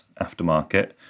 aftermarket